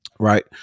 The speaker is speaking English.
Right